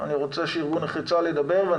אני רוצה שארגון נכי צה"ל ידבר ואני